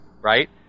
right